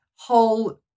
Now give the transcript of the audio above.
whole